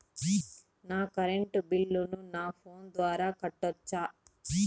నా కరెంటు బిల్లును నా ఫోను ద్వారా కట్టొచ్చా?